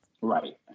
right